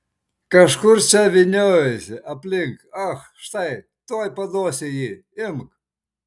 kažkur čia vyniojosi aplink ach štai tuoj paduosiu jį imk